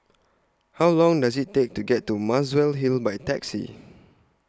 How Long Does IT Take to get to Muswell Hill By Taxi